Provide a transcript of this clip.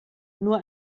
nur